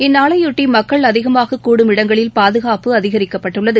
இந்நாளைபொட்டிமக்கள் அதிகமாககூடும் இடங்களில் பாதுகா்பபு அதிகரிக்கப்பட்டுள்ளது